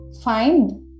find